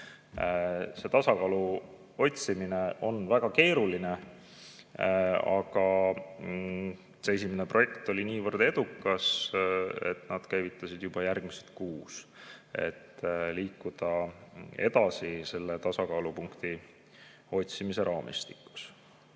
See tasakaalu otsimine on väga keeruline. Aga esimene projekt oli niivõrd edukas, et nad käivitasid juba järgmised kuus, et liikuda edasi selle tasakaalupunkti otsimise raamistikus.